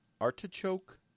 Artichoke